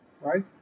right